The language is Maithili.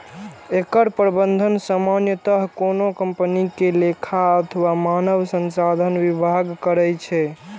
एकर प्रबंधन सामान्यतः कोनो कंपनी के लेखा अथवा मानव संसाधन विभाग करै छै